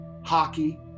Hockey